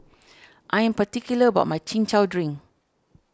I am particular about my Chin Chow Drink